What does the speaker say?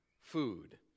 food